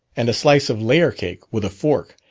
and a slice of layer cake, with a fork.